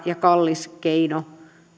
ja kallis keino